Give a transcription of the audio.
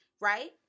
Right